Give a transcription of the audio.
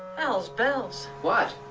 hell's bells. what?